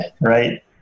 right